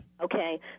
Okay